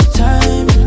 time